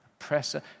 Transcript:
oppressor